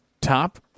Top